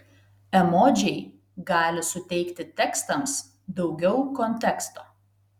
emodžiai gali suteikti tekstams daugiau konteksto